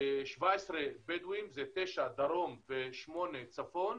17 בדואים, תשע בדרום ושמונה בצפון,